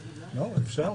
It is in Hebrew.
אפשר.